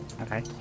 Okay